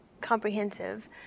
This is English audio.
comprehensive